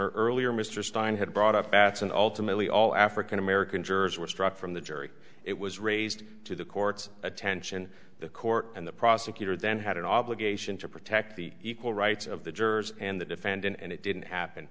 honor earlier mr stein had brought up bats and ultimately all african american jurors were struck from the jury it was raised to the court's attention the court and the prosecutor then had an obligation to protect the equal rights of the jurors and the defendant and it didn't happen